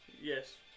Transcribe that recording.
Yes